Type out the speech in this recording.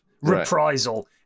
Reprisal